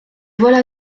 voilà